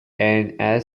and